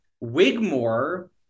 Wigmore